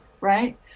right